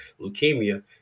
leukemia